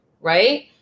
right